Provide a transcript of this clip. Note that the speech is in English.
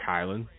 Kylan